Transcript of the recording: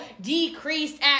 decreased